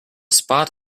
spot